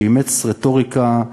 שאימץ רטוריקה,